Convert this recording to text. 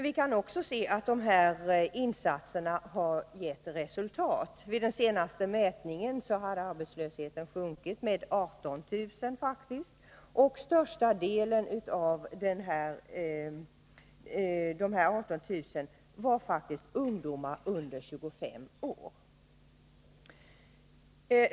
Vi kan också se att de här insatserna har gett resultat. Vid den senaste mätningen hade arbetslösheten sjunkit med 18 000, till största delen ungdomar under 25 år.